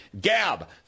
Gab